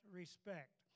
respect